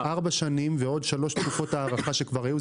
אז ארבע שנים ועוד שלוש תקופות הארכה שכבר היו,